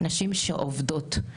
נשים שעובדות.